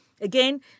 Again